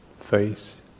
face